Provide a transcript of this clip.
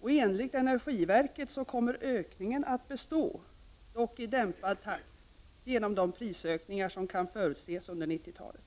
och enligt energiverket kommer ökningen att bestå, dock i dämpad takt genom de prisökningar som kan förutses under 90-talet.